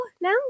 now